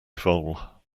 vole